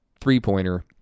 three-pointer